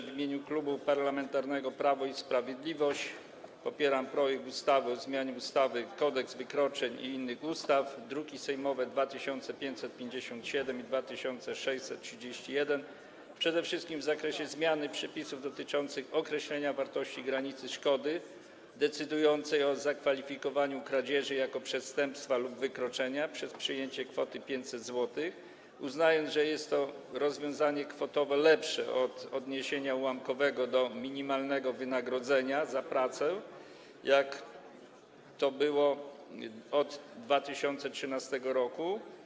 W imieniu Klubu Parlamentarnego Prawo i Sprawiedliwość popieram projekt ustawy o zmianie ustawy Kodeks wykroczeń oraz niektórych innych ustaw, druki sejmowe nr 2557 i 2631, przede wszystkim w zakresie zmiany przepisów dotyczących określenia wartości granicznej szkody decydującej o zakwalifikowaniu kradzieży jako przestępstwa lub wykroczenia przez przyjęcie kwoty 500 zł, uznając, że jest to rozwiązanie kwotowo lepsze od odniesienia ułamkowego do minimalnego wynagrodzenia za pracę, jak to było od 2013 r.